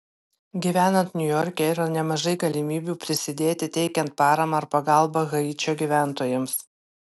gyvenant niujorke yra nemažai galimybių prisidėti teikiant paramą ar pagalbą haičio gyventojams